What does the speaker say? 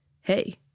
Hey